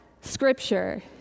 scripture